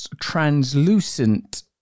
translucent